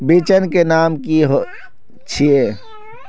बिचन के नाम की छिये?